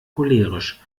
cholerisch